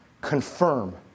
confirm